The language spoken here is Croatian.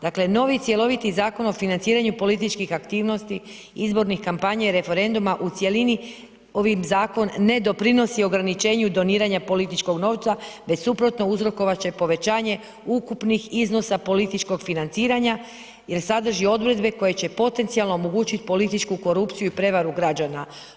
Dakle, novi cjeloviti Zakon o financiranju političkih aktivnosti i izborne kampanje i referenduma u cjelini ovim zakon ne doprinosi ograničenju doniranja političkog novca, već suprotno, uzrokovat će povećanje ukupnih iznosa političkog financiranja jer sadrži odredbe koje će potencijalno omogućiti političku korupciju i prevaru građana.